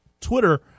twitter